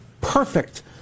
perfect